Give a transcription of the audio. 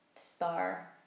Star